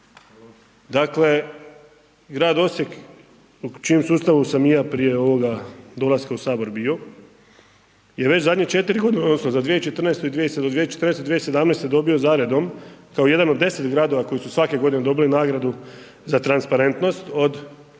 dakle grad Osijek u čijem sustavu sam i ja prije ovoga dolaska u sabor bio je već zadnje 4 godine …/nerazumljivo/… za 2014., od 2014., 2017. dobio zaredom kao jedan od 10 gradova koji su svake godine dobili nagradu za transparentnost od